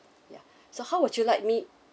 ya so how would you like me